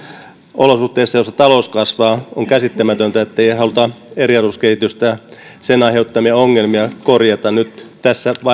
olosuhteissa joissa talous kasvaa on käsittämätöntä ettei haluta eriarvoisuuskehitystä ja sen aiheuttamia ongelmia korjata nyt tässä